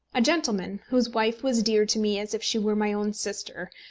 a gentleman, whose wife was dear to me as if she were my own sister,